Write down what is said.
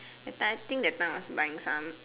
that time I think that time I was buying some